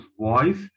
voice